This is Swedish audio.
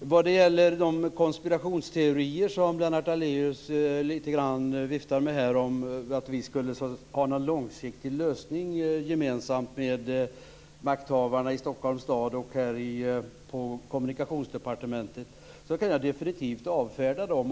Vad gäller de konspirationsteorier som Lennart Daléus viftar med, dvs. att vi skulle ha någon långsiktig lösning tillsammans med makthavarna i Stockholms stad och på Kommunikationsdepartementet, kan jag definitivt avfärda dem.